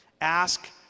Ask